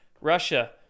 Russia